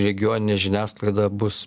regioninė žiniasklaida bus